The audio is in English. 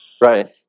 right